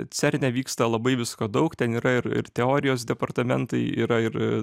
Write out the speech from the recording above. cerne vyksta labai visko daug ten yra ir ir teorijos departamentai yra ir